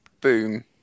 boom